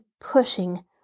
pushing